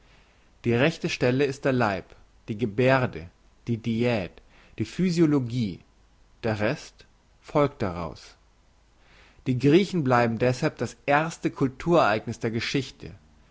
die rechte stelle ist der leib die gebärde die diät die physiologie der rest folgt daraus die griechen bleiben deshalb das erste cultur ereigniss der geschichte